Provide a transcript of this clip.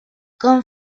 con